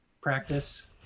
practice